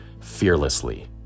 fearlessly